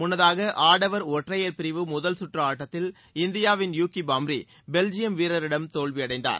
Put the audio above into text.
முன்னதாக ஆடவர் ஒற்றையர் பிரிவு முதல்கற்று ஆட்டத்தில் இந்தியாவின் யூகி பாம்ரி பெல்ஜியம் வீரரிடம் தோல்வியடைந்தார்